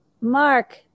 Mark